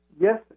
Yes